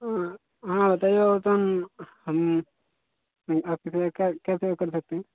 हाँ बताइए वो हम हम आपके लिए क्या क्या क्या सेवा कर सकते हैं